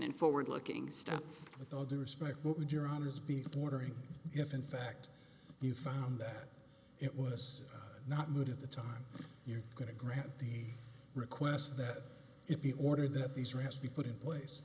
and forward looking stuff with all due respect what would your honour's be ordering if in fact you found that it was not moot at the time you're going to grant the request that it be ordered that these rats be put in place